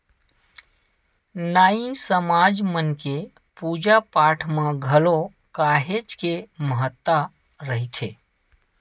नाई समाज मन के पूजा पाठ म घलो काहेच के महत्ता रहिथे